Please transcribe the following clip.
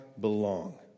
belong